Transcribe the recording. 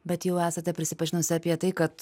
bet jau esate prisipažinusi apie tai kad